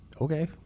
Okay